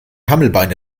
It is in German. hammelbeine